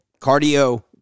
cardio